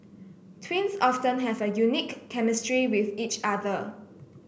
twins often have a unique chemistry with each other